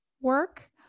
work